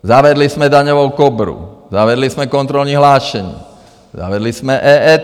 Zavedli jsme Daňovou Kobru, zavedli jsme kontrolní hlášení, zavedli jsme EET.